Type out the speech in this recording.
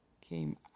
came